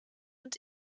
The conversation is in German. und